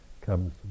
comes